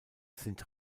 sind